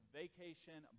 vacation